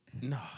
No